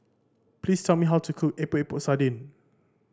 please tell me how to cook Epok Epok Sardin